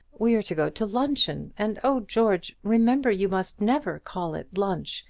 we're to go to luncheon and, oh, george, remember you must never call it lunch.